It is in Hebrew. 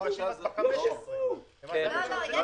--- אני דיברתי על משהו אחר.